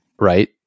Right